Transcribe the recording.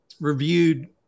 reviewed